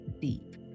deep